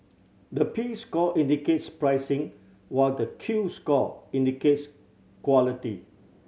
the P score indicates pricing while the Q score indicates quality